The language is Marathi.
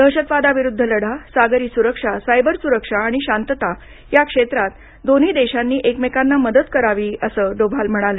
दहशतवादाविरुद्ध लढा सागरी सुरक्षा सायबर स्रक्षा आणि शांतता या क्षेत्रात दोन्ही देशांनी एकमेकांना मदत करावी असं डोवाल म्हणाले